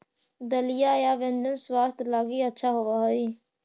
दलिया के व्यंजन स्वास्थ्य लगी अच्छा होवऽ हई